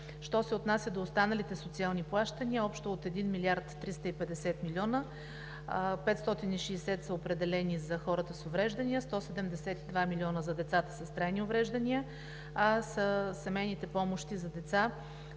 Що се отнася до останалите социални плащания и общо от 1 млрд. 350 млн. лв. – 560 млн. лв. са определени за хората с увреждания, 172 млн. лв. за децата с трайни увреждания, а семейните помощи за деца